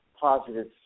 positive